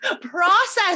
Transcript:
process